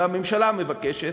והממשלה מבקשת,